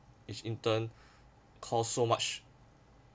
which in turn costs so much